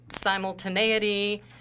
Simultaneity